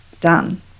done